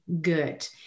good